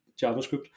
JavaScript